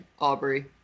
aubrey